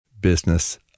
Business